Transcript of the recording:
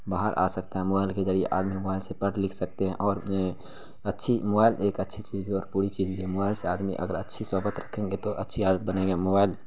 باہر آ سکتا ہے موائل کے ذریعے آدمی موائل سے پڑھ لکھ سکتے ہیں اور اچھی موائل ایک اچھی چیز بھی ہے اور بری چیز بھی ہے موائل سے آدمی اگر اچھی صحبت رکھیں گے تو اچھی عادت بنے گی موائل